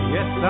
Yes